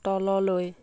তললৈ